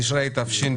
היום כ"ח בתשרי התשפ"ב,